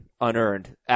unearned